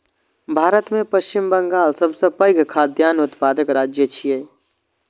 भारत मे पश्चिम बंगाल सबसं पैघ खाद्यान्न उत्पादक राज्य छियै